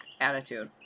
attitude